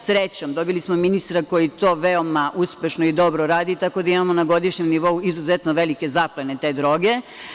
Srećom, dobili smo ministra koji to veoma uspešno i dobro radi tako da imamo na godišnjem nivou izuzetno velike zaplene te droge.